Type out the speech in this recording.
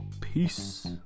Peace